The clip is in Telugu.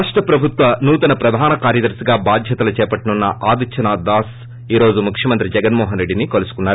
రాష్ట ప్రభుత్వ నూతన ప్రధాన కార్యదర్తిగా బాధ్యతలు చేపట్లనున్న ఆదిత్యనాథ్ దాస్ ఈ రోజు ముఖ్యమంత్రి వైఎస్ జగన్మోహన్రెడ్డిని కలుకున్నారు